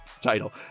title